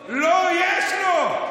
לא, יש לו.